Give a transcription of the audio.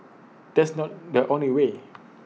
that's not the only way